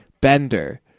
Bender